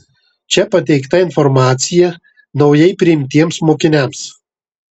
čia pateikta informacija naujai priimtiems mokiniams